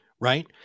right